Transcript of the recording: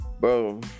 bro